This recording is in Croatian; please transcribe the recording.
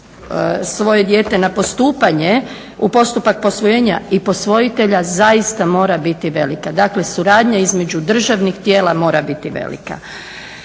svoje dijete na postupanje u postupak posvojenja i posvojitelja zaista mora biti velika, dakle suradnja između državnih tijela mora biti velika.